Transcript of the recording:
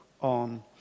on